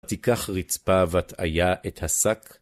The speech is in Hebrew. ותיקח רצפה בת איה את השק.